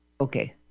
okay